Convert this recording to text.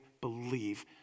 believe